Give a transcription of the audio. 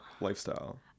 lifestyle